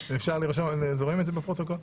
רואים את זה בפרוטוקול?